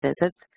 visits